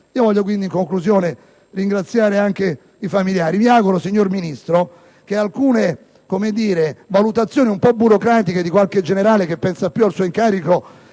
Desidero dunque ringraziare infine anche i familiari. Mi auguro, signor Ministro, che alcune valutazioni un po' burocratiche di qualche generale che pensa più al suo incarico